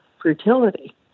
fertility